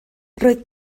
roedd